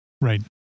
Right